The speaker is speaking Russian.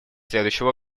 следующего